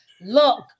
Look